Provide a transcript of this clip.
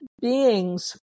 beings